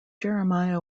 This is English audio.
jeremiah